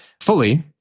fully